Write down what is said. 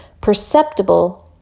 perceptible